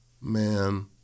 Man